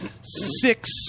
six